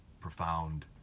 profound